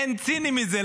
אין ציני מזה,